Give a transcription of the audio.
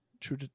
True